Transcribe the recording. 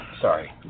Sorry